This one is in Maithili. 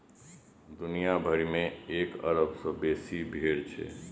दुनिया भरि मे एक अरब सं बेसी भेड़ छै